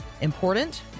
important